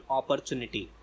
opportunity